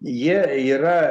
jie yra